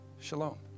Shalom